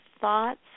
thoughts